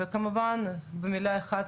וכמובן במילה אחת,